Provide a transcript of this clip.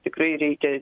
tikrai reikia